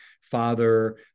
father